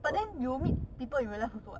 but then you will meet people in real life also [what]